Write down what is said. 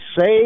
say